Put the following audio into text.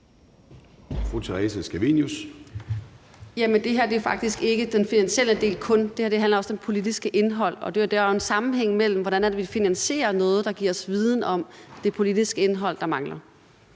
det her er faktisk ikke kun den finansielle del. Det her handler også om det politiske indhold, og der er jo en sammenhæng dér, i forhold til hvordan vi finansierer noget, der giver os viden om det politiske indhold, der mangler.